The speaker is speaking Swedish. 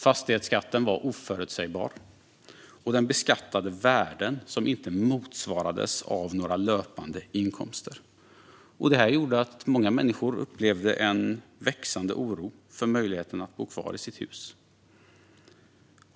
Fastighetsskatten var oförutsägbar och beskattade värden som inte motsvarades av några löpande inkomster. Det gjorde att många människor upplevde en växande oro för möjligheten att bo kvar i sitt hus.